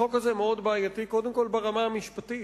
החוק הזה מאוד בעייתי קודם כול ברמה המשפטית.